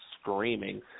screaming